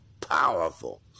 powerful